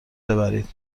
ببرید